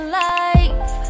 life